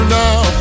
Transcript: now